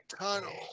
tunnel